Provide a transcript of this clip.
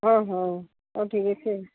ଅ ହ ହେଉ ଠିକ୍ ଅଛି ଆଉ